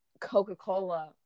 coca-cola